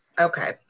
okay